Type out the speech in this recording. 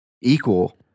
equal